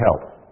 help